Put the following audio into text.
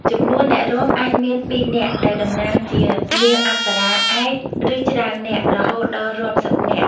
ចំនួនអ្នករាំអាចមានពីម្នាក់ ដែលតំណាងជា "នាងអប្សរា" ឯក ឬច្រើននាក់ រហូតដល់រាប់សិបនាក់។